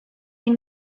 die